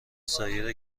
سایر